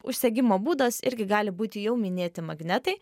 užsegimo būdas irgi gali būti jau minėti magnetai